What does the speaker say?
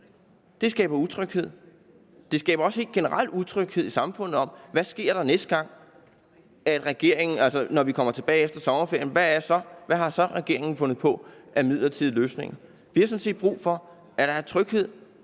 Det skaber utryghed. Det skaber også helt generelt utryghed i samfundet om, hvad der sker næste gang – altså når vi kommer tilbage efter sommerferien – og om, hvad regeringen så har fundet på af midlertidige løsninger. Vi har sådan set brug for, at der er tryghed